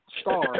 star